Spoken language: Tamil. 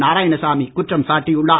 நாராயணசாமி குற்றம் சாட்டியுள்ளார்